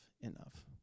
enough